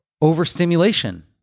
Overstimulation